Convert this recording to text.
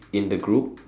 in the group